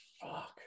fuck